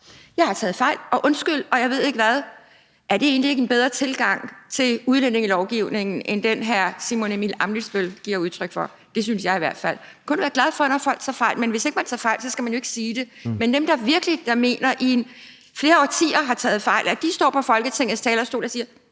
jeg har taget fejl, undskyld, og jeg ved ikke hvad. Er det egentlig ikke en bedre tilgang til udlændingelovgivningen end den, hr. Simon Emil Ammitzbøll-Bille giver udtryk for? Det synes jeg i hvert fald. Man kan kun være glad, når folk siger, at de tager fejl, men hvis ikke man tager fejl, skal man jo ikke sige det. Men at dem, der virkelig mener det og i flere årtier har taget fejl, står på Folketingets talerstol og siger,